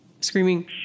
screaming